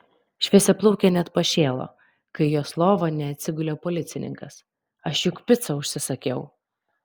šviesiaplaukė net pašėlo kai į jos lovą neatsigulė policininkas aš juk picą užsisakiau